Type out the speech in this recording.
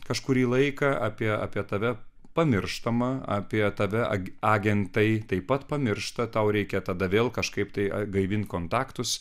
kažkurį laiką apie apie tave pamirštama apie tave ag agentai taip pat pamiršta tau reikia tada vėl kažkaip tai atgaivint kontaktus